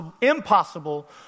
impossible